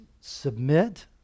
submit